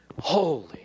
Holy